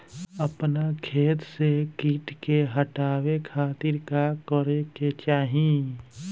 अपना खेत से कीट के हतावे खातिर का करे के चाही?